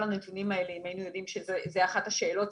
אם היינו יודעים שזו אחת השאלות,